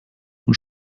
und